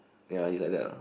ya he's like that ah